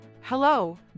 Hello